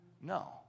No